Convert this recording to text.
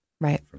Right